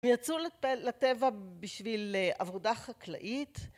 יצאו לטבע בשביל עבודה חקלאית